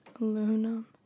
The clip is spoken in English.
aluminum